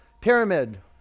pyramid